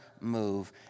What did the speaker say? move